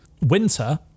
winter